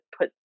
put